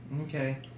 Okay